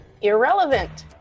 irrelevant